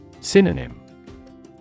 Synonym